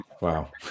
Wow